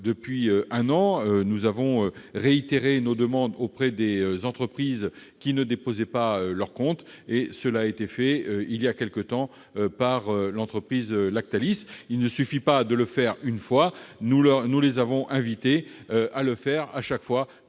depuis un an, nous avons réitéré nos demandes auprès des entreprises qui ne déposaient pas leurs comptes. Bien sûr, il ne faut pas hésiter ! Cela a été fait il y a quelque temps avec l'entreprise Lactalis. Il ne suffit pas de le faire une fois, nous les avons invitées à le faire chaque fois